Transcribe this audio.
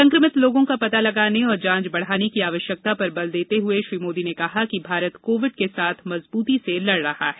संक्रमित लोगों का पता लगाने और जांच बढाने की आवश्यकता पर बल देते हुए श्री मोदी ने कहा कि भारत कोविड के साथ मजबूती से लड रहा है